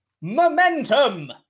momentum